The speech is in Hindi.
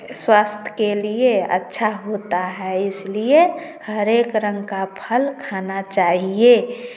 स्वास्थ्य के लिए अच्छा होता है इसलिए हर एक रंग का फल खाना चाहिए